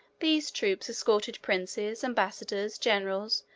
these troops escorted princes, ambassadors, generals,